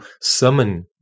summon